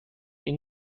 این